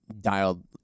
dialed